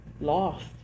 lost